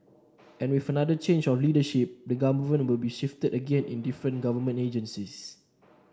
and with another change of leadership the government will be shifted again in different government agencies